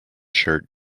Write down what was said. shirt